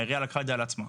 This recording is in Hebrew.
העירייה לקחה את זה על עצמה.